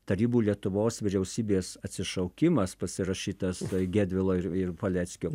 tarybų lietuvos vyriausybės atsišaukimas pasirašytas tai gedvilo ir paleckio